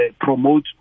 promote